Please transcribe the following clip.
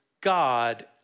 God